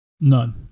None